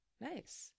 nice